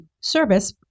service